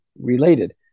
related